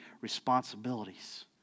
responsibilities